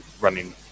running